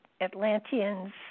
Atlanteans